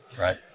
right